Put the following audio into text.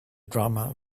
drama